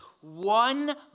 one